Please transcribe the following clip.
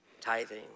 tithing